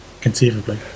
conceivably